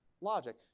logic